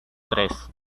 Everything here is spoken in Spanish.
tres